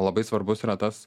labai svarbus yra tas